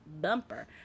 bumper